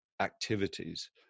activities